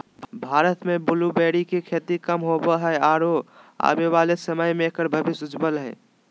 भारत में ब्लूबेरी के खेती कम होवअ हई आरो आबे वाला समय में एकर भविष्य उज्ज्वल हई